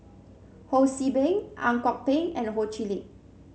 Ho See Beng Ang Kok Peng and Ho Chee Lick